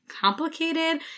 complicated